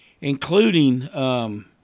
including –